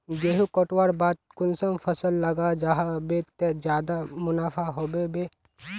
गेंहू कटवार बाद कुंसम फसल लगा जाहा बे ते ज्यादा मुनाफा होबे बे?